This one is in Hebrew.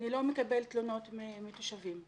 אני לא מקבל תלונות מתושבים.